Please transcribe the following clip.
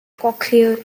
cochlear